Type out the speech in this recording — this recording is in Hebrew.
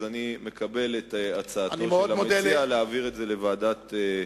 אני מקבל את הצעתו של המציע להעביר את הנושא לוועדת,